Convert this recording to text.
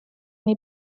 nii